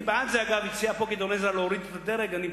אני בעד, כמו שהציע גדעון עזרא, להוריד את הדרג.